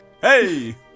Hey